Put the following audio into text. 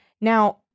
Now